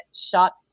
shot